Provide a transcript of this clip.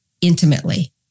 intimately